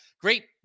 great